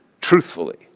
Truthfully